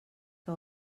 que